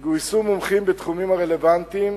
גויסו מומחים בתחומים הרלוונטיים: